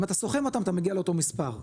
אם אתה סוכם אותם אתה מגיע לאותו מספר,